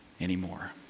anymore